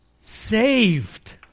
Saved